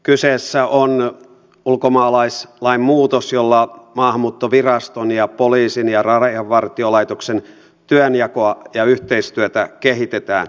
kyseessä on ulkomaalaislain muutos jolla maahanmuuttoviraston poliisin ja rajavartiolaitoksen työnjakoa ja yhteistyötä kehitetään